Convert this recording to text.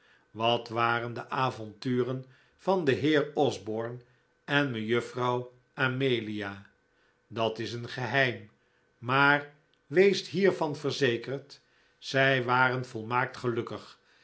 wat waren de avonturen van den heer osborne en mejuffrouw amelia dat is een geheim maar weest hiervan verzekerd zij waren volmaakt gelukkig